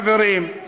חברים,